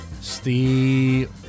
Steve